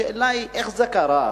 השאלה היא, איך זה קרה?